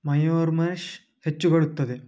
ಮಯೋರ್ಮಷ್ ಹೆಚ್ಚುಗೊಳುತ್ತದೆ